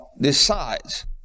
decides